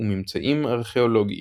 ומממצאים ארכאולוגיים.